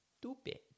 stupid